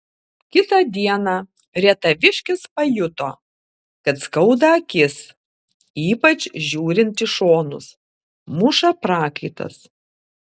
kitą dieną rietaviškis pajuto kad skauda akis ypač žiūrint į šonus muša prakaitas